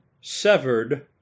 severed